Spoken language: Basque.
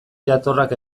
jatorrak